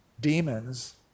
demons